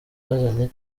yazanye